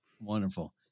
wonderful